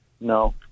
No